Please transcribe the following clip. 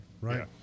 right